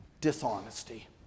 Dishonesty